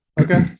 Okay